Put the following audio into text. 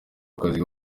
akazi